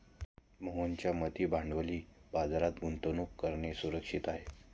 मोहनच्या मते भांडवली बाजारात गुंतवणूक करणं सुरक्षित आहे